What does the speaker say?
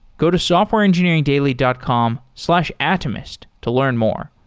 go to softwareengineeringdaily dot com slash atomist to learn more.